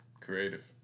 creative